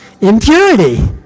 Impurity